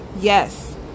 Yes